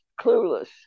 clueless